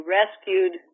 rescued